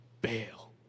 bail